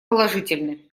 положительны